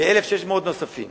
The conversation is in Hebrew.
ל-1,600 נוספים.